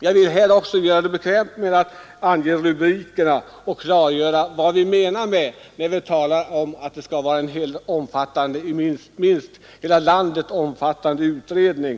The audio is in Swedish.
Jag vill göra det bekvämt för mig genom att ange några rubriker ur skogspolitiska utredningens betänkande och klargöra vad vi menar med att det behövs en hela landet omfattande utredning.